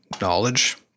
knowledge